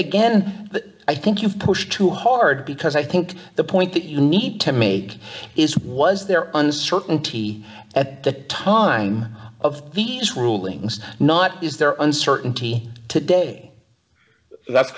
again i think you've pushed too hard because i think the point that you need to make is was there uncertainty at the time of these rulings not is there uncertainty today that's